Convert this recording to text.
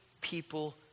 people